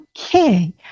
okay